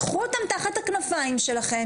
קחו אותם תחת הכנפיים שלכם,